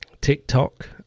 TikTok